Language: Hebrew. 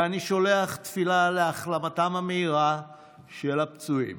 ואני שולח תפילה להחלמתם המהירה של הפצועים.